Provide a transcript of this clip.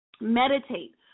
Meditate